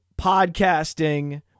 podcasting